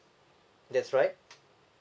that's right